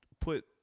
put